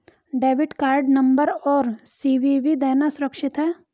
Debit card number और CVV देना सुरक्षित है?